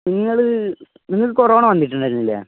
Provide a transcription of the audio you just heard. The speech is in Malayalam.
നിങ്ങള് നിങ്ങള്ക്ക് കൊറോണ വന്നിട്ടിണ്ടായിരുന്നില്ലേ